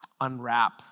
unwrap